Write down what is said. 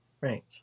Right